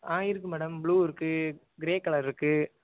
இருக்கு madam blue இருக்கு grey கலர்யிருக்கு